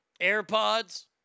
AirPods